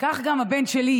כך גם הבן שלי,